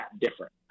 different